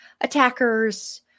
attackers